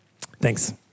Thanks